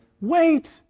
wait